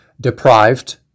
deprived